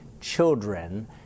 children